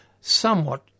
somewhat